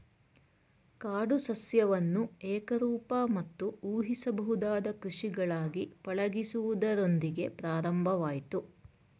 ಕಾಡು ಸಸ್ಯವನ್ನು ಏಕರೂಪ ಮತ್ತು ಊಹಿಸಬಹುದಾದ ಕೃಷಿಗಳಾಗಿ ಪಳಗಿಸುವುದರೊಂದಿಗೆ ಪ್ರಾರಂಭವಾಯ್ತು